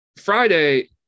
Friday